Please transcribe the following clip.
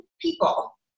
people